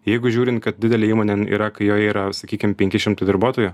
jeigu žiūrint kad didelė įmonė yra kai joj yra sakykim penki šimtai darbuotojų